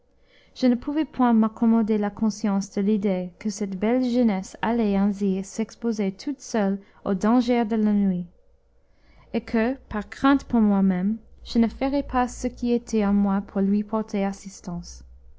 je ne pouvais point m'accommoder la conscience de l'idée que cette belle jeunesse allait ainsi s'exposer toute seule aux dangers de la nuit et que par crainte pour moi-même je ne ferais pas ce qui était en moi pour lui porter assistance